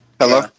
Hello